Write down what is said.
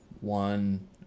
one